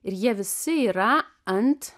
ir jie visi yra ant